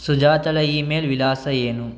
ಸುಜಾತಳ email ವಿಳಾಸ ಏನು